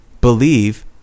believe